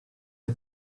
que